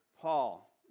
Paul